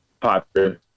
popular